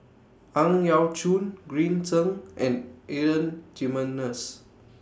Ang Yau Choon Green Zeng and Adan Jimenez